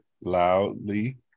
loudly